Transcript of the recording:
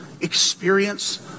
experience